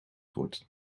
wordt